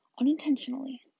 unintentionally